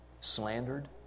slandered